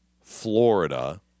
Florida